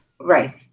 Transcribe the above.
Right